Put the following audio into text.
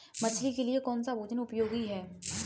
मछली के लिए कौन सा भोजन उपयोगी है?